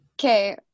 okay